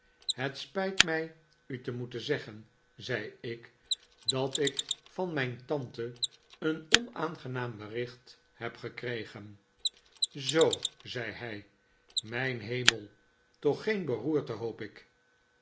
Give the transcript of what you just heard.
het spijt mij u te moeten zeggen zei ik dat ik van mijn tante een onaangenaam bericht heb gekregen zoo zei hij mijn hemel toch geen beroerte hoop ik